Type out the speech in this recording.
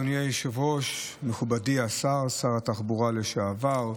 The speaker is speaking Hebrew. אדוני היושב-ראש, מכובדי השר, שר התחבורה לשעבר,